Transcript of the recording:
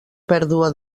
pèrdua